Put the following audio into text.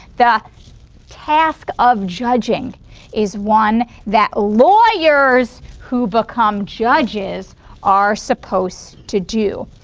the task of judging is one that lawyers who become judges are supposed to do.